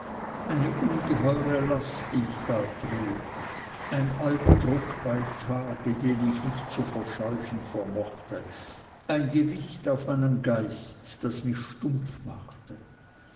eine ungeheure last die ich da trug ein alpdruck bei tage den ich nicht zu verscheuchen vermochte ein gewicht auf meinem geist das mich stumpf machte